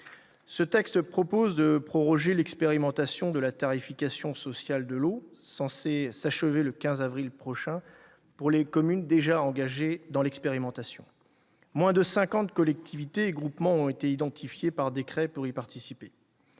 de loi destinée à proroger l'expérimentation de la tarification sociale de l'eau, censée s'achever le 15 avril prochain, pour les communes déjà engagées dans l'expérimentation. Moins de cinquante collectivités territoriales et groupements ont été identifiés par décret pour y participer.